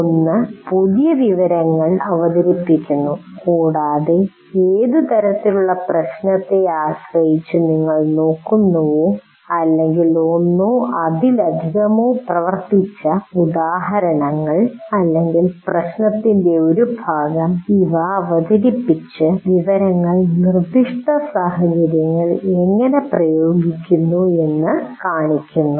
ഒന്ന് പുതിയ വിവരങ്ങൾ അവതരിപ്പിക്കുന്നു കൂടാതെ ഏത് തരത്തിലുള്ള പ്രശ്നത്തെ ആശ്രയിച്ച് നിങ്ങൾ നോക്കുന്നുവോ അല്ലെങ്കിൽ ഒന്നോ അതിലധികമോ പ്രവർത്തിച്ച ഉദാഹരണങ്ങൾ അല്ലെങ്കിൽ പ്രശ്നത്തിന്റെ ഒരു ഭാഗം ഇവ അവതരിപ്പിച്ച വിവരങ്ങൾ നിർദ്ദിഷ്ട സാഹചര്യങ്ങളിൽ എങ്ങനെ പ്രയോഗിക്കുന്നു എന്ന് കാണിക്കുന്നു